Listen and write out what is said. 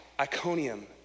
Iconium